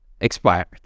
expired